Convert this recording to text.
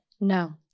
No